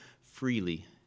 freely